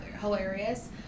hilarious